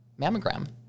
mammogram